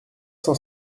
cent